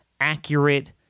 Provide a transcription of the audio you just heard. accurate